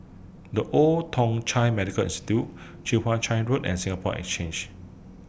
The Old Thong Chai Medical Institute Chwee Chian Road and Singapore Exchange